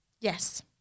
Yes